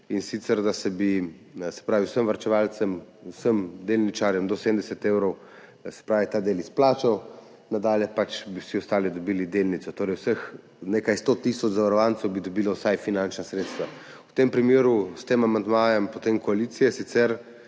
in sicer da bi se vsem varčevalcem, vsem delničarjem del do 70 evrov izplačal, nadalje pač bi vsi ostali dobili delnico, torej vseh nekaj 100 tisoč zavarovancev bi dobilo vsaj finančna sredstva. V tem primeru s tem amandmajem koalicije, ki